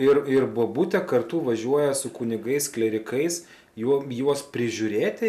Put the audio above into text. ir ir bobutė kartu važiuoja su kunigais klierikais juo juos prižiūrėti